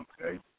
Okay